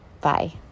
Bye